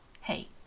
Hey